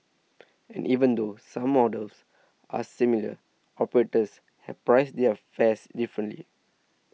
and even though some models are similar operators have priced their fares differently